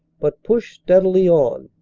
but pushed steadily on.